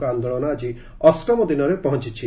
ମ ଆନ୍ଦୋଳନ ଆଜି ଅଷ୍ଟମ ଦିନରେ ପହଞ୍ଅଛି